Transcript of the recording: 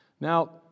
Now